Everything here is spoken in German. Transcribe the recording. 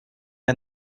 der